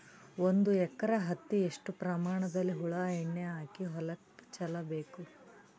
ಒಂದು ಎಕರೆ ಹತ್ತಿ ಎಷ್ಟು ಪ್ರಮಾಣದಲ್ಲಿ ಹುಳ ಎಣ್ಣೆ ಹಾಕಿ ಹೊಲಕ್ಕೆ ಚಲಬೇಕು?